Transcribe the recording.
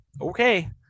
Okay